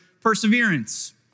perseverance